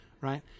Right